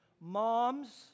Moms